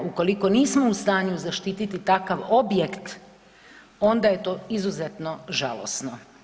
Ukoliko nismo u stanju zaštiti takav objekt, onda je to izuzetno žalosno.